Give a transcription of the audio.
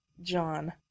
John